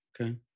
Okay